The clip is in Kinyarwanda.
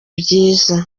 byiza